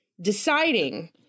deciding